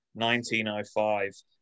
1905